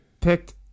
picked